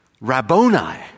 Rabboni